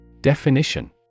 Definition